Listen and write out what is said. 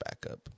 backup